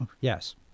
Yes